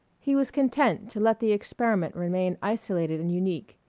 he was content to let the experiment remain isolated and unique.